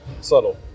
subtle